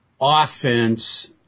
offense